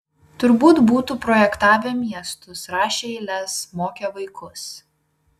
turbūt būtų projektavę miestus rašę eiles mokę vaikus